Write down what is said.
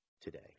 today